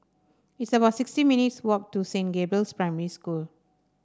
it's about sixty minutes' walk to Saint Gabriel's Primary School